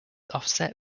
offset